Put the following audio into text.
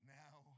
now